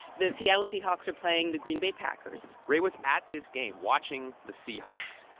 the seattle seahawks are playing the green bay packers ray was at this game, watching the seahawks.